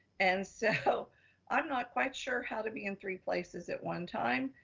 and so i'm not quite sure how to be in three places at one time.